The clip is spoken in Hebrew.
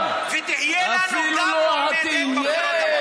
ותהיה לנו גם מועמדת בבחירות,